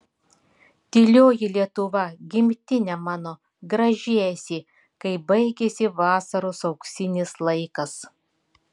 tylioji lietuva gimtine mano graži esi kai baigiasi vasaros auksinis laikas